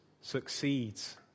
succeeds